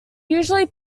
usually